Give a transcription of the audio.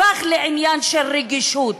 הפך לעניין של רגישות?